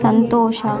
ಸಂತೋಷ